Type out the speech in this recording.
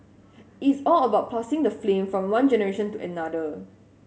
is all about passing the flame from one generation to another